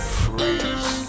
freeze